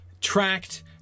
tracked